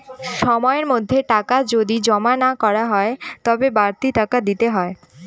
সময়ের মধ্যে টাকা যদি জমা না করা হয় তবে বাড়তি টাকা দিতে হয়